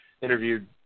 interviewed